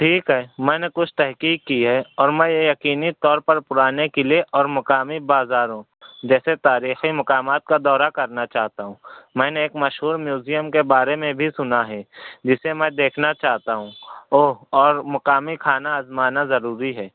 ٹھیک ہے میں نے کچھ تحقیق کی ہے اور میں یہ یقینی طور پر پُرانے قلعے اور مقامی بازاروں جیسے تاریخی مقامات کا دورہ کرنا چاہتا ہوں میں نے ایک مشہور میوزیم کے بارے میں بھی سُنا ہے جسے میں دیکھنا چاہتا ہوں اوہ اور مقامی کھانا آزمانا ضروری ہے